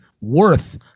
worth